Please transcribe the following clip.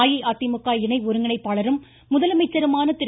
அஇஅதிமுக இணை ஒருங்கிணைப்பாளரும் முதலமைச்சருமான திரு